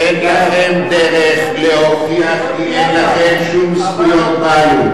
אין לכם דרך להוכיח, כי אין לכם שום זכויות בעלות.